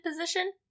position